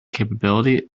capability